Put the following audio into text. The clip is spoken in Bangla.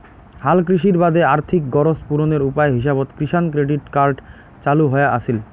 হালকৃষির বাদে আর্থিক গরোজ পূরণের উপায় হিসাবত কিষাণ ক্রেডিট কার্ড চালু হয়া আছিল